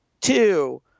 two